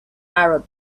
arab